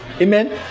Amen